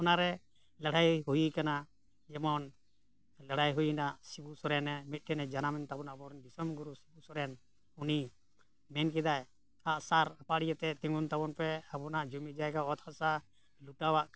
ᱚᱱᱟᱨᱮ ᱞᱟᱹᱲᱦᱟᱹᱭ ᱦᱩᱭ ᱠᱟᱱᱟ ᱡᱮᱢᱚᱱ ᱞᱟᱹᱲᱦᱟᱹᱭ ᱦᱩᱭᱱᱟ ᱥᱤᱵᱩ ᱥᱚᱨᱮᱱ ᱢᱤᱫᱴᱮᱱ ᱡᱟᱱᱟᱢ ᱛᱟᱵᱚᱱᱟ ᱟᱵᱚᱨᱮᱱ ᱫᱤᱥᱚᱢ ᱜᱩᱨᱩ ᱥᱚᱨᱮᱱ ᱩᱱᱤ ᱢᱮᱱ ᱠᱮᱫᱟᱭ ᱟᱜᱼᱥᱟᱨ ᱟᱹᱯᱟᱲᱤᱭᱟᱹᱛᱮ ᱛᱤᱸᱜᱩᱱ ᱛᱟᱵᱚᱱ ᱯᱮ ᱟᱵᱚᱱᱟᱜ ᱡᱩᱢᱤ ᱡᱟᱭᱜᱟ ᱚᱛ ᱦᱟᱥᱟ ᱞᱩᱴᱟᱣᱟᱜ